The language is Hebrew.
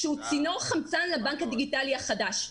שהוא צינור חמצן לבנק הדיגיטלי החדש.